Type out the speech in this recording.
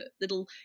little